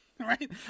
Right